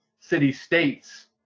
city-states